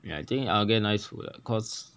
okay I think I'll get nice food lah cause